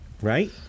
Right